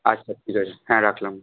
আচ্ছা ঠিক আছে হ্যাঁ রাখলাম